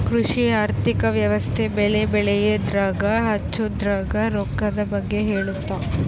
ಕೃಷಿ ಆರ್ಥಿಕ ವ್ಯವಸ್ತೆ ಬೆಳೆ ಬೆಳೆಯದ್ರಾಗ ಹಚ್ಛೊದ್ರಾಗ ರೊಕ್ಕದ್ ಬಗ್ಗೆ ಹೇಳುತ್ತ